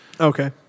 Okay